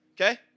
Okay